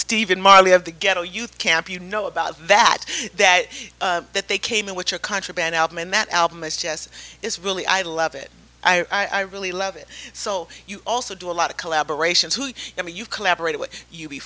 stephen marley of the ghetto youth camp you know about that that that they came in which a contraband album and that album is just it's really i love it i really love it so you also do a lot of collaboration i mean you collaborated with you be